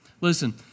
Listen